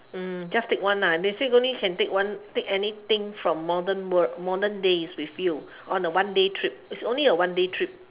mm just take one ah they say only can take one take anything from modern world modern days with you on a one day trip it's only a one day trip